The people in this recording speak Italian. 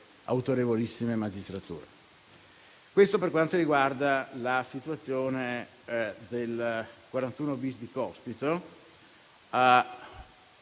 autorevolissime magistrature. Questo per quanto riguarda la situazione del 41*-bis* di Cospito;